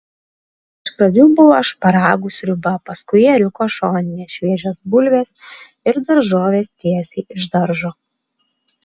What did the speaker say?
iš pradžių buvo šparagų sriuba paskui ėriuko šoninė šviežios bulvės ir daržovės tiesiai iš daržo